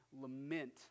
lament